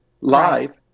live